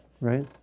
right